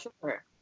Sure